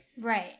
Right